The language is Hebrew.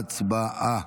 הצבעה.